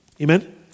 Amen